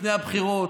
לפני הבחירות,